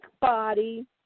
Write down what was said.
body